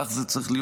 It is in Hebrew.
כך זה צריך להיות.